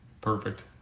Perfect